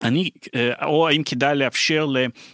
אני, או האם כדאי לאפשר ל...